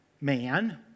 man